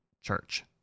church